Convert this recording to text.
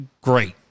great